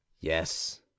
yes